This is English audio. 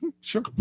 Sure